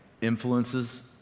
influences